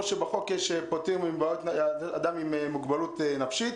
שבחוק פוטרים אדם עם מוגבלות נפשית.